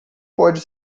pode